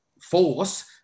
force